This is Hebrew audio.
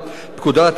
פקודת העיריות,